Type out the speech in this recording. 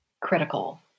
critical